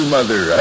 Mother